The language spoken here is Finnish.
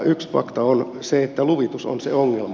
yksi fakta on se että luvitus on se ongelma